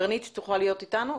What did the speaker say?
קרנית, את יכולה להיות איתנו?